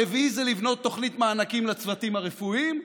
הרביעי זה לבנות תוכנית מענקים לצוותים הרפואיים.